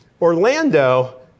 Orlando